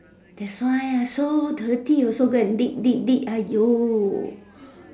that's why so dirty also go and dig dig dig !aiyo!